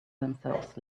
themselves